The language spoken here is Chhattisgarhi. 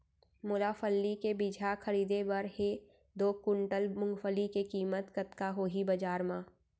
मोला फल्ली के बीजहा खरीदे बर हे दो कुंटल मूंगफली के किम्मत कतका होही बजार म?